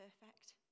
perfect